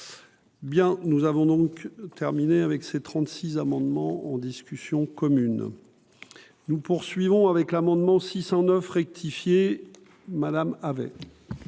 Bien, nous avons donc terminé avec ses trente-six amendements en discussion commune nous poursuivons avec l'amendement 609 rectifié madame avait.